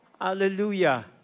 Hallelujah